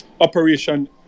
operation